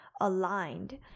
aligned